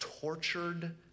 tortured